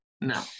no